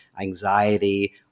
anxiety